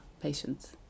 patients